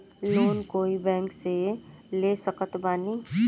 Loan कोई bank से ले सकत बानी?